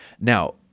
Now